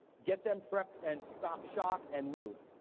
get them prepped and stop shock, and move.